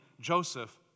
Joseph